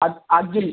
അ Akhil